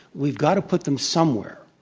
we've got to put them somewhere.